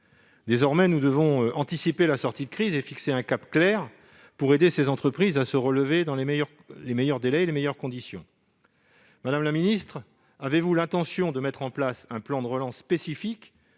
Désormais, nous devons anticiper sur la sortie de crise et fixer un cap clair pour aider ces entreprises à se relever dans les meilleurs délais et les meilleures conditions. Madame la ministre, avez-vous l'intention de mettre en place un plan de relance spécifique,